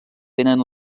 tenen